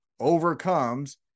overcomes